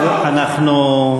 אנחנו,